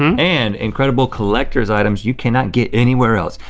and, incredible collector's items you cannot get anywhere else.